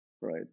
right